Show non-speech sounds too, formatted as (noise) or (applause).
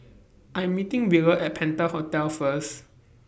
(noise) I'm meeting Wheeler At Penta Hotel First